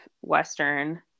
Western